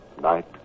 night